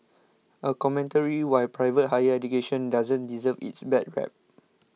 a commentary why private higher education doesn't deserve its bad rep